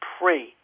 pray